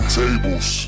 tables